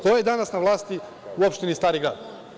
Ko je danas na vlasti u opštini Stari grad?